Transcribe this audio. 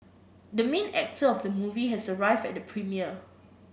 the main actor of the movie has arrived at the premiere